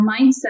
mindset